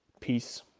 Peace